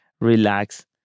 relax